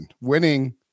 winning